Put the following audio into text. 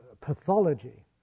pathology